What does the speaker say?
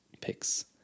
picks